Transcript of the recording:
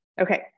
Okay